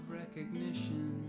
recognition